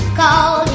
call